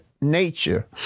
nature